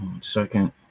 Second